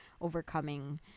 overcoming